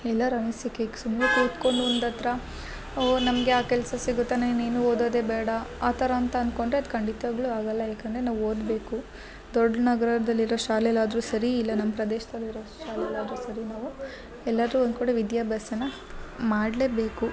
ಎಲ್ಲರ ಅನಿಸಿಕೆಗೆ ಸುಮ್ಮನೆ ಕೂತ್ಕೊಂಡು ಒಂದು ಹತ್ರ ಓ ನಮಗೆ ಯಾವ ಕೆಲಸ ಸಿಗುತ್ತನ ಏನು ನೀನು ಓದೋದೇ ಬೇಡ ಆ ಥರ ಅಂತ ಅನ್ಕೊಂಡರೆ ಅದು ಖಂಡಿತ್ವಾಗ್ಲು ಆಗಲ್ಲ ಯಾಕೆಂದರೆ ನಾವು ಓದಬೇಕು ದೊಡ್ಡ ನಗರದಲ್ಲಿರೋ ಶಾಲೆಲಿ ಆದರೂ ಸರಿ ಇಲ್ಲ ನಮ್ಮ ಪ್ರದೇಶದಲ್ಲಿರೋ ಶಾಲೆಲಿ ಆದರೂ ಸರಿ ನಾವು ಎಲ್ಲಾದರು ಒಂದ್ಕಡೆ ವಿದ್ಯಾಭ್ಯಾಸನ ಮಾಡಲೇಬೇಕು